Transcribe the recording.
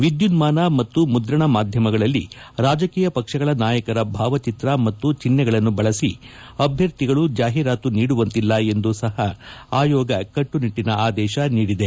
ವಿದ್ಯುನ್ನಾನ ಮತ್ತು ಮುದ್ರಣ ಮಾಧ್ವಮಗಳಲ್ಲಿ ರಾಜಕೀಯ ಪಕ್ಷಗಳ ನಾಯಕರ ಭಾವಚಿತ್ರ ಮತ್ತು ಚಿಹ್ನೆಗಳನ್ನು ಬಳಬ ಅಭ್ವರ್ಥಿಗಳು ಜಾಹೀರಾತು ನೀಡುವಂತಿಲ್ಲ ಎಂದು ಸಹ ಆಯೋಗ ಕಟ್ಟುನಿಟ್ಟನ ಆದೇಶ ನೀಡಿದೆ